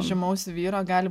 žymaus vyro gali